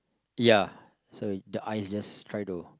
ya so is the ice just try to